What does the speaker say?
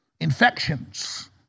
infections